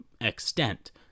extent